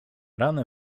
ranę